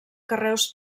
carreus